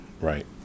Right